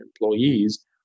employees